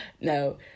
No